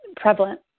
prevalent